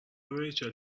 ریچل